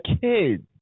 kids